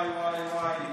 וואי, וואי, וואי, וואי,